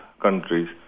countries